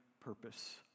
purpose